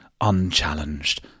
unchallenged